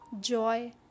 joy